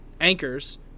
Anchors